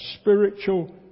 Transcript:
spiritual